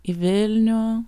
į vilnių